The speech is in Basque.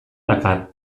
dakar